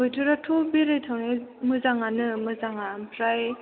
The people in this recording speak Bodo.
बोथोराथ' बेरायनो थांनो मोजाङानो मोजाङा ओमफ्राय